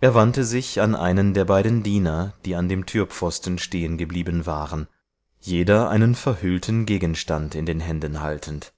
er wandte sich an einen der beiden diener die an dem türpfosten stehen geblieben waren jeder einen verhüllten gegenstand in den händen haltend